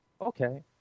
Okay